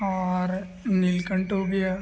और नीलकण्ठ हो गया